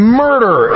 murder